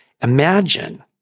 Imagine